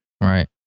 Right